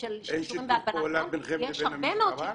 אין שיתוף פעולה ביניכם לבין המשטרה?